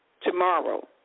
Tomorrow